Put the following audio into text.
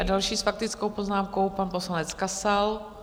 A další s faktickou poznámkou, pan poslanec Kasal.